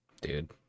Dude